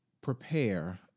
prepare